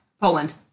Poland